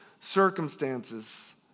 circumstances